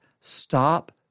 Stop